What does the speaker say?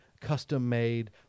custom-made